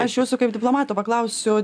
aš jūsų kaip diplomato paklausiu